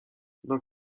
donc